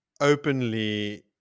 Openly